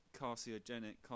carcinogenic